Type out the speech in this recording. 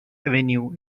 avenue